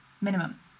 minimum